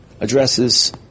addresses